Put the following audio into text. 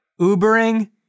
Ubering